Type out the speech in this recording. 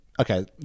okay